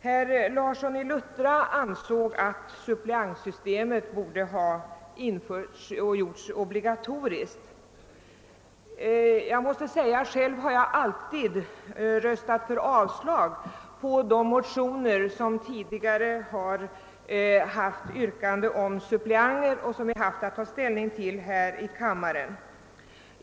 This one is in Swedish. Herr Larsson i Luttra ansåg att suppleantsystemet borde ha införts och gjorts obligatoriskt. Jag har alltid röstat för avslag på de motioner härom som vi tidigare haft att ta ställning till och som innehållit yrkanden om införande av ett suppleantsystem.